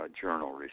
Journal